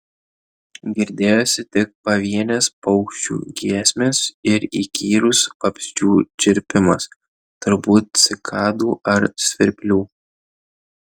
girdėjosi tik pavienės paukščių giesmės ir įkyrus vabzdžių čirpimas turbūt cikadų ar svirplių